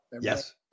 Yes